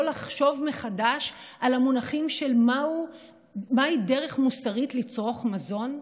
לחשוב מחדש על המונחים של מהי דרך מוסרית לצרוך מזון?